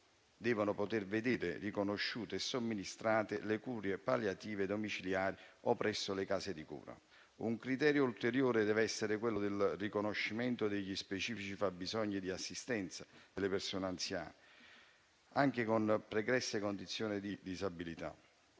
devono poter vedere riconosciute e somministrate le cure palliative domiciliari o presso le case di cura. Un criterio ulteriore deve essere quello del riconoscimento degli specifici fabbisogni di assistenza delle persone anziane anche con pregresse condizioni di disabilità.